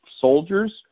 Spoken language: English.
soldiers